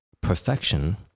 perfection